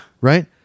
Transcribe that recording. Right